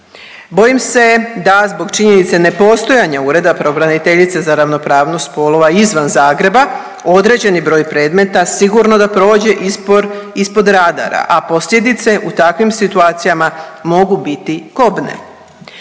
Bojim se da zbog činjenice nepostojanja Ureda pravobraniteljice za ravnopravnost spolova izvan Zagreba, određeni broj predmeta sigurno da prođe ispod radara, a posljedice u takvim situacijama mogu biti kobne.